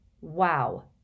Wow